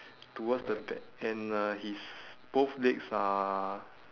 towards the back and uh his both legs are